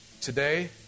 Today